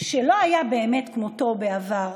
שלא היה כמותו בעבר.